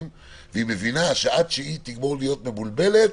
והיא מבינה שעד שהיא תגמור להיות מבולבלת,